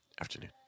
afternoon